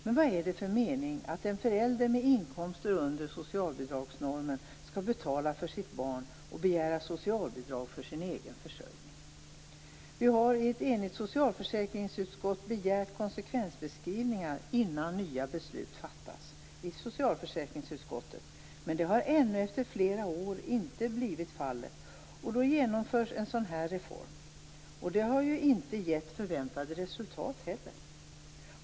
Men vad är det för mening att en förälder med inkomster under socialbidragsnormen skall betala för sitt barn och begära socialbidrag för sin egen försörjning? Vi har i ett enigt socialförsäkringsutskott begärt konsekvensbeskrivningar innan nya beslut fattas. Det har ännu inte efter flera år blivit fallet. Då genomförs en sådan här reform. Det har inte gett förväntade resultat heller.